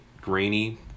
grainy